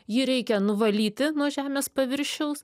jį reikia nuvalyti nuo žemės paviršiaus